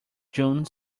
june